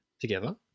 together